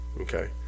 okay